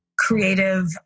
creative